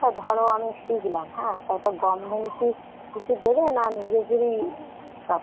তা ধরো আমি শিখলাম হ্যাঁ তা তো গভর্নমেন্ট কি কিছু দেবে না নিজেদেরই সব